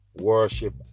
worship